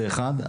זה אחד,